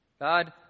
God